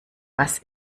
was